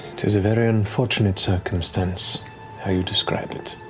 tis a very unfortunate circumstance how you describe it.